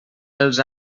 els